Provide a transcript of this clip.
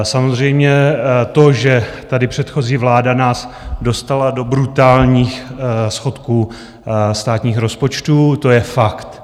Samozřejmě to, že tady předchozí vláda nás dostala do brutálních schodků státních rozpočtů, to je fakt.